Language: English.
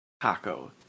Taco